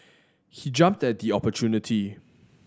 he jumped at the opportunity